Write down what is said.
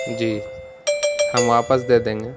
جی ہم واپس دے دیں گے